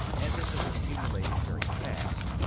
and this is accumulating very fast,